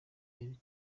yari